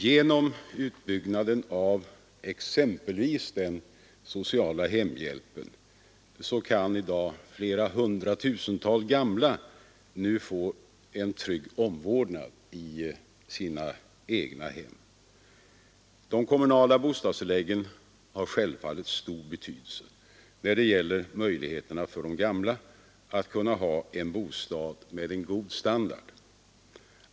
Genom utbyggnaden av exempelvis den sociala hemhjälpen kan i dag flera hundratusental gamla nu få en trygg omvårdnad i sina egna hem. De kommunala bostadstilläggen har självfallet stor betydelse när det gäller möjligheterna för de gamla att ha en bostad med god standard.